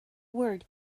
word